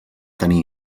tenir